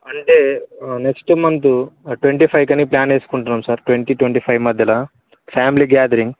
అంటే next month twenty five కని plan చేసుకుంటున్నాం సార్ ట్వంటీ ట్వంటీ ఫైవ్ మధ్యలో ఫ్యామిలీ గ్యాదరింగ్